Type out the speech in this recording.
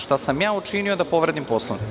Šta sam ja učinio da povredim Poslovnik?